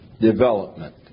Development